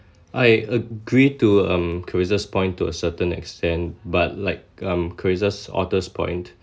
I agree to um charissa's point to a certain extent but like um charissa's authors' point